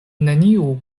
neniu